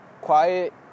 quiet